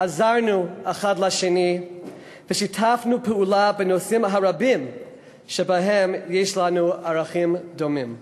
עזרנו אחד לשני ושיתפנו פעולה בנושאים הרבים שבהם יש לנו ערכים דומים.